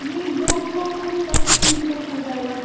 جی دو سو کچ تنچ تک ہو جائے گا